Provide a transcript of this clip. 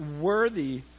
worthy